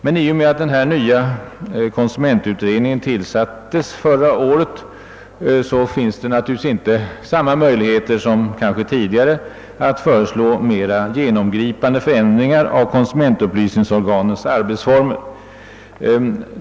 Men i och med att den nya konsumentutredningen tillsattes förra året finns det naturligtvis inte samma möjligheter som tidigare att föreslå mera genomgripande förändringar av konsumentupplysningsorganens arbetsformer.